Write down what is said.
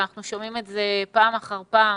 ואנחנו שומעים את זה פעם אחר פעם,